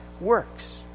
works